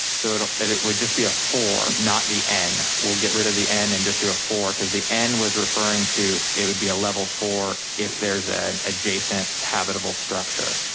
so it ah it would just be a four, not the n. we'll get rid of the n and just do a four cause the n was referring to, it would be a level four if there's an adjacent habitable structure.